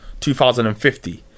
2050